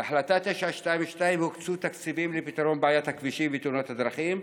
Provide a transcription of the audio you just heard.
בהחלטה 922 הוקצו תקציבים לפתרון בעיית הכבישים ותאונת הדרכים,